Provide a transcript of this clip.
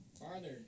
Farther